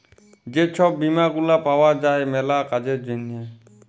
যে ছব বীমা গুলা পাউয়া যায় ম্যালা কাজের জ্যনহে